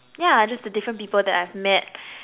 yeah just the different people that I've met